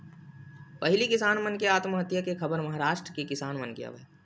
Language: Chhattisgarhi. पहिली किसान मन के आत्महत्या के खबर महारास्ट के किसान मन के आवय